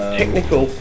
technical